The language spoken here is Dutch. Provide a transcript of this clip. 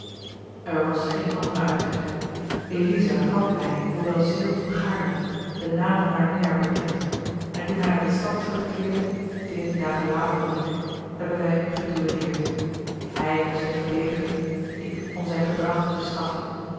er was geen andere uitweg eliza had mij hoewel zeer ongaarne den naam van haar minnaar bekend en toen hij naar de stad terugkeerde veertien dagen later dan ik hebben wij geduelleerd hij om zich te verdedigen ik om zijn gedrag te straffen